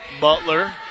Butler